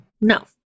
No